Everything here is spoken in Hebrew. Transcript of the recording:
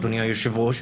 אדוני היושב-ראש,